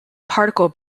particle